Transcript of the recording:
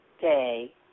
day